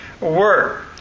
work